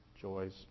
joys